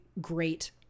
great